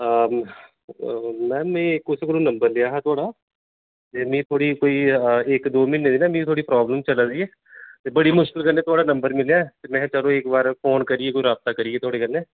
ma'am में कुसै कोलां नंबर लेआ हा थुआढ़ा ते मिगी कोई इक दो म्हीने दी थोह्ड़ी प्रॉब्लम चला दी ऐ ते बड़ी मुश्कल कन्नै थुहाड़ा नंबर मिलेआ महा चलो इक बारी फोन करियै राबता करियै थुआढ़े कन्नै